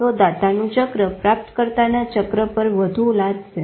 તો દાતાનું ચક્ર પ્રાપ્તકર્તાના ચક્ર પર વધુ લાદશે